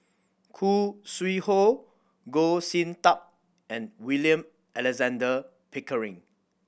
Khoo Sui Hoe Goh Sin Tub and William Alexander Pickering